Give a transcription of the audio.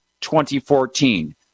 2014